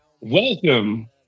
Welcome